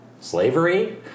slavery